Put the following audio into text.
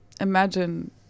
imagine